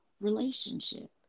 relationship